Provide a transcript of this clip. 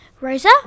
rosa